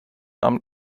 amt